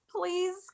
Please